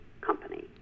company